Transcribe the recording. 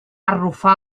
arrufar